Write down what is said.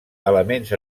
elements